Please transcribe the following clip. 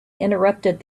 interrupted